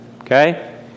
Okay